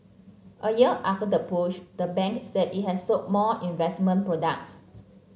a year after the push the bank said it has sold more investment products